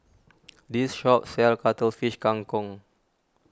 this shop sells Cuttlefish Kang Kong